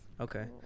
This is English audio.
okay